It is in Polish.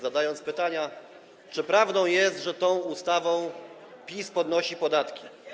Zadaję pytania: Czy prawdą jest, że tą ustawą PiS podnosi podatki?